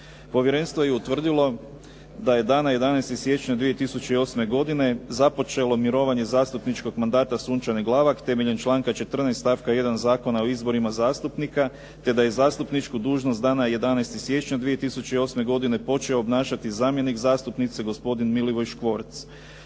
Povjerenstvo je utvrdilo da je dana 11. siječnja 2008. godine započelo mirovanje zastupničkog mandata Sunčane Glavak temeljem članka 14. stavka 1. Zakona o izborima zastupnika te da je zastupničku dužnost dana 11. siječnja 2008. godine počeo obnašati zamjenik zastupnice gospodin Milivoj Škvorc.